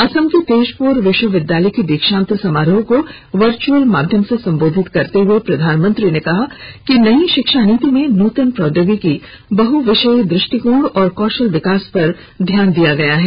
असम के तेजपुर विश्वविद्यालय के दीक्षांत समारोह को वचुर्अल माध्यम से संबोधित करते हुए प्रधानमंत्री ने कहा कि नई शिक्षा नीति में नूतन प्रौद्योगिकी बहु विषयीय ्रष्टिकोण और कौशल विकास पर ध्यान दिया गया है